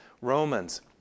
Romans